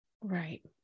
Right